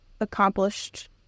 accomplished